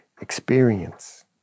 experience